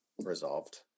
resolved